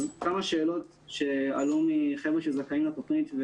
כמה שאלות שעלו מחבר'ה שזכאים לתוכנית: